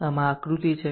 આમ આ આકૃતિ છે